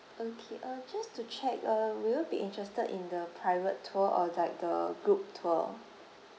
okay uh just to check uh will you be interested in the private tour or like the group tour